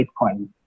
Bitcoin